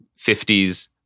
50s